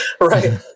Right